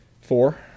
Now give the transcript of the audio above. Four